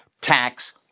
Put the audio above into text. tax